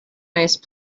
nice